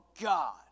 God